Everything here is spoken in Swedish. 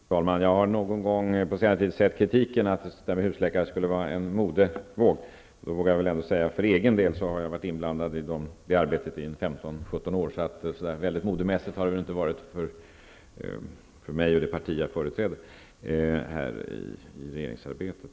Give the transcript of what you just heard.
Fru talman! Jag har någon gång på senare tid hört kritiken att detta med husläkare skulle vara en modevåg. För egen del har jag varit inblandad i det arbetet i 15—17 år. Så väldigt modemässigt har det inte varit vare sig för mig eller för det parti som jag företräder i regeringsarbetet.